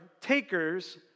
takers